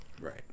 right